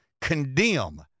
condemn